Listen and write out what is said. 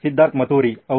ಸಿದ್ಧಾರ್ಥ್ ಮತುರಿ ಹೌದು